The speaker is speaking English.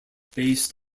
based